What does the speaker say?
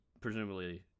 presumably